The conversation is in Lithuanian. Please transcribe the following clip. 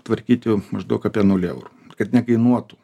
tvarkyt jau maždaug apie nulį eurų kad nekainuotų